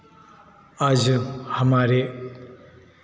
आज हमारे